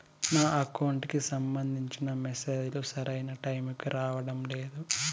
నా అకౌంట్ కి సంబంధించిన మెసేజ్ లు సరైన టైముకి రావడం లేదు